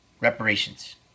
reparations